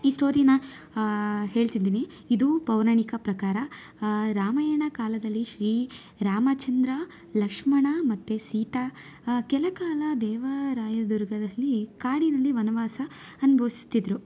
ಈ ಸ್ಟೋರಿನ ಹೇಳ್ತಿದ್ದೀನಿ ಇದು ಪೌರಾಣಿಕ ಪ್ರಕಾರ ರಾಮಾಯಣ ಕಾಲದಲ್ಲಿ ಶ್ರೀರಾಮಚಂದ್ರ ಲಕ್ಷ್ಮಣ ಮತ್ತು ಸೀತಾ ಕೆಲ ಕಾಲ ದೇವರಾಯನದುರ್ಗದಲ್ಲಿ ಕಾಡಿನಲ್ಲಿ ವನವಾಸ ಅನ್ಭವ್ಸ್ತಿದ್ರು